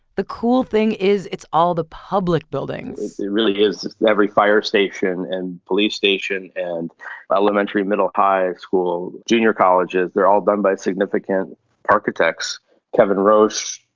the cool thing is it's all the public buildings. it really is. every fire station and police station and elementary, middle, high school, junior colleges, they're all done by significant architects kevin roche,